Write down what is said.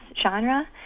genre